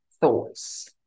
thoughts